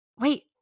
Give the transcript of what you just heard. Wait